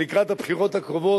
שלקראת הבחירות הקרובות,